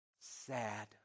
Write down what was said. sad